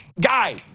Guy